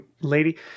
lady